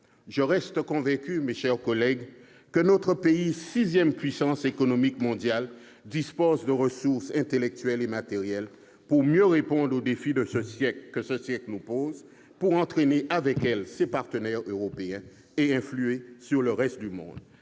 je reste convaincu que notre pays, sixième puissance économique mondiale, dispose des ressources intellectuelles et matérielles pour mieux répondre aux défis posés par ce siècle, pour entraîner avec lui ses partenaires européens et influer sur le reste du monde.